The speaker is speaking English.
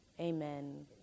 Amen